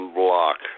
block